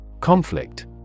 Conflict